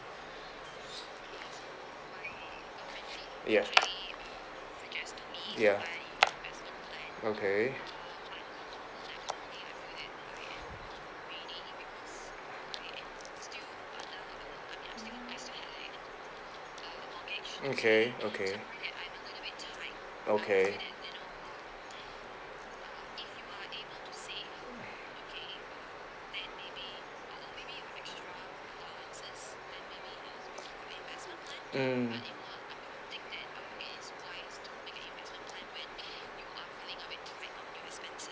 ya ya okay okay okay okay mm